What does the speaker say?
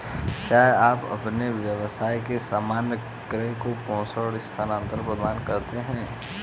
क्या आप अपने व्यवसाय के सामान्य क्रम में प्रेषण स्थानान्तरण प्रदान करते हैं?